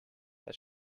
that